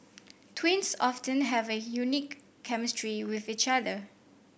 twins often have a unique chemistry with each other